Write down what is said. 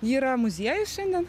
ji yra muziejus šiandien